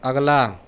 अगला